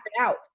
out